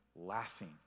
laughing